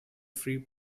free